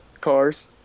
cars